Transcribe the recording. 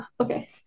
Okay